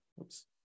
Oops